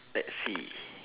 let's see